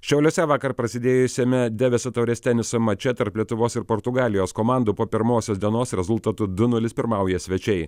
šiauliuose vakar prasidėjusiame deviso taurės teniso mače tarp lietuvos ir portugalijos komandų po pirmosios dienos rezultatu du nulis pirmauja svečiai